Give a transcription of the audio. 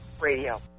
radio